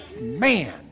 man